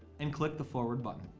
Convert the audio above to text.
and click the forward button.